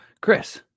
Chris